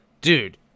Dude